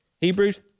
Hebrews